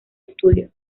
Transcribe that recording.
estudio